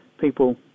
people